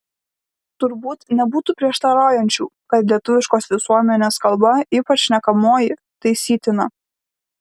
turbūt nebūtų prieštaraujančių kad lietuviškos visuomenės kalba ypač šnekamoji taisytina